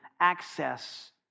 access